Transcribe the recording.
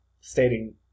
stating